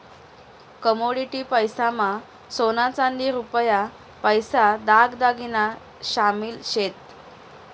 commodity पैसा मा सोना चांदी रुपया पैसा दाग दागिना शामिल शेत